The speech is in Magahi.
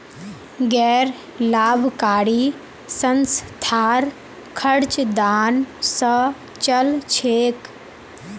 गैर लाभकारी संस्थार खर्च दान स चल छेक